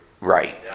right